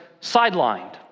sidelined